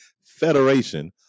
Federation